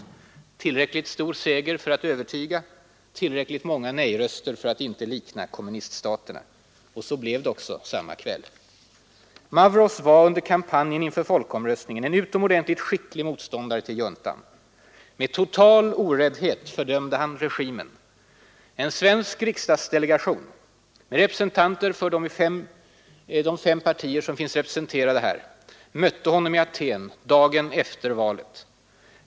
Det är en tillräckligt stor seger för att övertyga, tillräckligt många nejröster för att inte likna kommuniststaterna. Så blev det också samma kväll. Mavros var under kampanjen inför folkomröstningen en utomordentligt skicklig motståndare till juntan. Med total oräddhet fördömde han regimen. En svensk riksdagsdelegation — med representanter för de fem partier som finns företrädda här — mötte honom i Aten dagen efter valet.